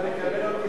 אתה מקבל אותי,